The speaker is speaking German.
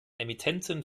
emittenten